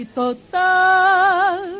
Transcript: total